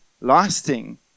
lasting